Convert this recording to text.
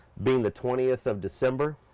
being the twentieth of december.